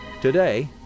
Today